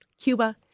Cuba